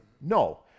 No